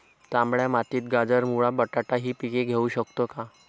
तांबड्या मातीत गाजर, मुळा, बटाटा हि पिके घेऊ शकतो का?